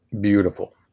beautiful